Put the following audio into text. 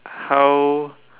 how